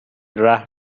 رهن